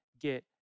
get